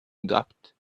doubt